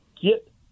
get